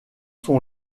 son